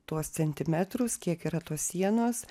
tuos centimetrus kiek yra tos sienos